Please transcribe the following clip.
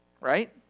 right